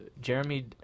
Jeremy